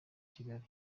kigali